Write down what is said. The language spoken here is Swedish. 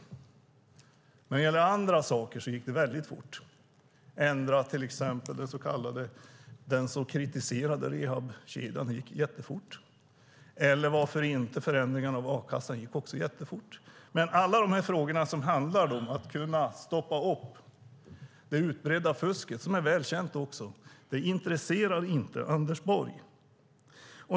Men när det gäller andra saker gick det väldigt fort. Att ändra den kritiserade så kallade rehabkedjan gick jättefort. Förändringarna av a-kassan gick också jättefort. Men alla dessa frågor som handlar om att kunna stoppa det utbredda fusk som är väl känt intresserar inte Anders Borg.